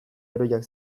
heroiak